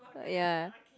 ya